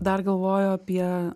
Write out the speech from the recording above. dar galvoju apie